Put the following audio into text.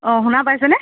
অ শুনা পাইছেনে